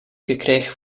gekregen